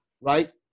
right